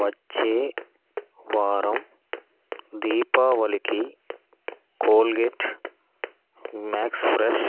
వచ్చే వారం దీపావళికి కోల్గేట్ మ్యాక్స్ ఫ్రెష్